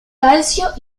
calcio